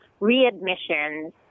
readmissions